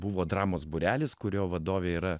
buvo dramos būrelis kurio vadovė yra